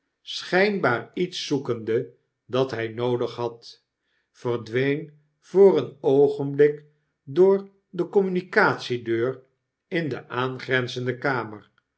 schpbaar iets zoekende dat hy noodig had verdween voor een oogenblik door de communicatiedeur in de aangrenzende kamer